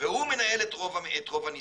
והוא מנהל את רוב הניסויים.